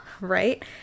right